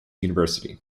university